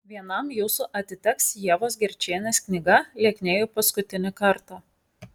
vienam jūsų atiteks ievos gerčienės knyga lieknėju paskutinį kartą